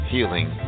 Healing